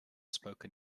spoken